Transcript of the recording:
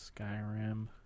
Skyrim